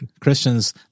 Christian's